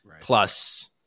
plus